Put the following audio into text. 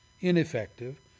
ineffective